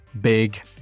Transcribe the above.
big